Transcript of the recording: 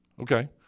Okay